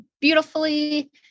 beautifully